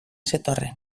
zetorren